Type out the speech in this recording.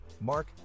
Mark